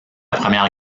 première